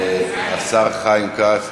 השר חיים כץ.